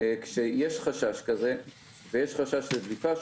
כשיש חשש כזה ויש חשש לדליפה,